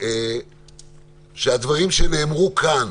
שאת הדברים שנאמרו כאן